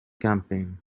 campaign